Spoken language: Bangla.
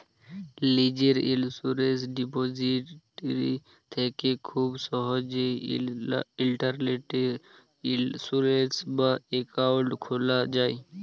লীজের ইলসুরেলস ডিপজিটারি থ্যাকে খুব সহজেই ইলটারলেটে ইলসুরেলস বা একাউল্ট খুলা যায়